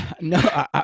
No